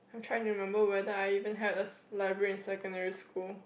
try to remember whether I even had a library in secondary school